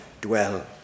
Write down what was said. dwell